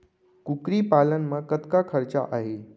कुकरी पालन म कतका खरचा आही?